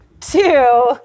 two